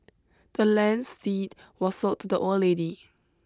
the land's deed was sold to the old lady